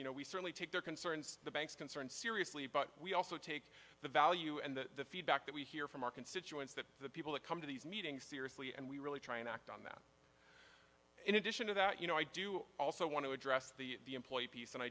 you know we certainly take their concerns to the banks concerned seriously but we also take the value and the feedback that we hear from our constituents that the people that come to these meetings seriously and we really try and act on that in addition to that you know i do also want to address the employee piece and i